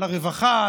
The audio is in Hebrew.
על הרווחה,